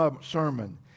sermon